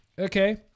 Okay